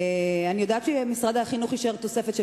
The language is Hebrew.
אני יודעת שמשרד החינוך אישר תוספת של